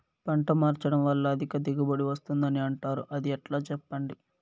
పంట మార్చడం వల్ల అధిక దిగుబడి వస్తుందని అంటారు అది ఎట్లా సెప్పండి